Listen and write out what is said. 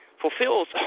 fulfills